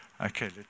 Okay